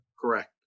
Correct